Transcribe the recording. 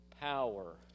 power